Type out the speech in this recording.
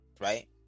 right